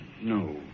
no